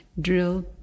Drill